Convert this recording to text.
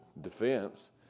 defense